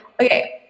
okay